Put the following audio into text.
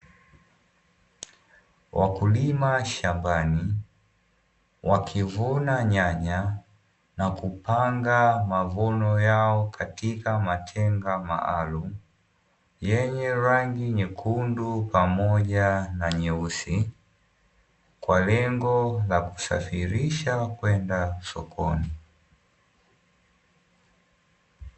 Wakulima shambani wakivuna nyanya na kupanga mavuno yao katika matenga maalumu yenye rangi nyekundu pamoja na nyeusi, kwa lengo la kusafirisha kwenda sokoni.